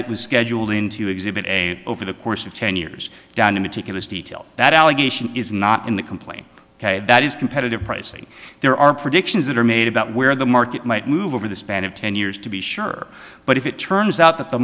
it was scheduled in to exhibit a over the course of ten years down to meticulous detail that allegation is not in the complaint that is competitive pricing there are predictions that are made about where the market might move over the span of ten years to be sure but if it turns out that the